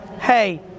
hey